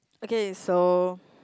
okay so